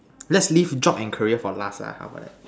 let's leave job and career for last lah how about that